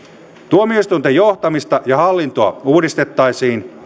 tuomioistuinten johtamista ja hallintoa uudistettaisiin